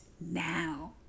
now